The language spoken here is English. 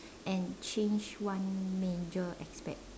and change one major aspect